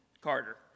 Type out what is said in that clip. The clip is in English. Carter